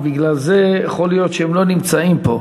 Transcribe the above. ויכול להיות שבגלל זה הם לא נמצאים פה.